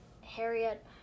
Harriet